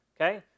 okay